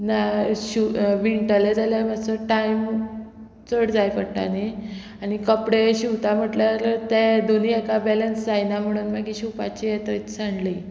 ना शिव विणटले जाल्यार मातसो टायम चड जाय पडटा न्ही आनी कपडे शिंवता म्हटल्यार ते दोनी हेका बॅलंस जायना म्हणोन मागीर शिंवपाचें हें थंयच साणली